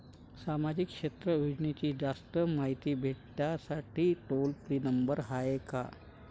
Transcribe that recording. सामाजिक क्षेत्र योजनेची जास्त मायती भेटासाठी टोल फ्री नंबर हाय का?